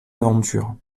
aventures